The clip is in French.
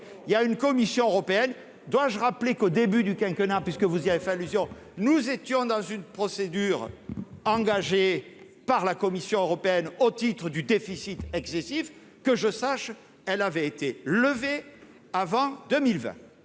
il y a une commission européenne, dois-je rappeler qu'au début du quinquennat puisque vous y avez fait allusion, nous étions dans une procédure engagée par la Commission européenne au titre du déficit excessif, que je sache, elle avait été levé avant 2020,